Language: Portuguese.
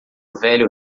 velho